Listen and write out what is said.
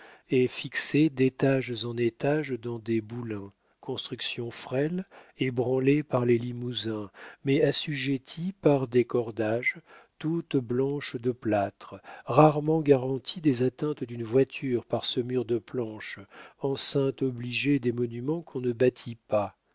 et fixées d'étages en étages dans des boulins construction frêle ébranlée par les limousins mais assujettie par des cordages toute blanche de plâtre rarement garantie des atteintes d'une voiture par ce mur de planches enceinte obligée des monuments qu'on ne bâtit pas